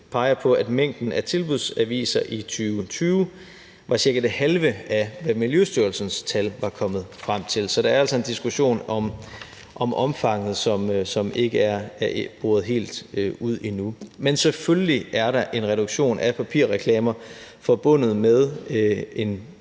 peger på, at mængden af tilbudsaviser i 2020 var cirka det halve af de tal, Miljøstyrelsen var kommet frem til. Så der er altså en diskussion om omfanget, som ikke er boret helt ud endnu. Men selvfølgelig er en reduktion af papirreklamer forbundet med en